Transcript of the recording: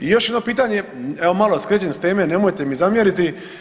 I još jedno pitanje, evo malo skrećem s teme, nemojte mi zamjeriti.